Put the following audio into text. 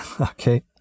Okay